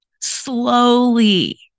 slowly